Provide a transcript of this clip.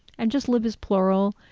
and just live is plural,